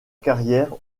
carrière